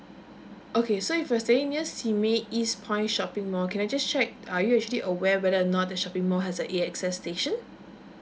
okay so if you're staying near simei east point shopping mall can I just check are you actually aware whether or not the shopping mall has a iA_X_S station